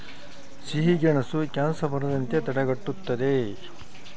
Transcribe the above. ಸಿಹಿಗೆಣಸು ಕ್ಯಾನ್ಸರ್ ಬರದಂತೆ ತಡೆಗಟ್ಟುತದ